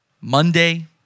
Monday